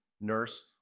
nurse